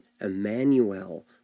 Emmanuel